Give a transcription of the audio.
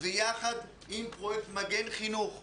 ויחד עם פרויקט "מגן חינוך",